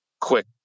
quick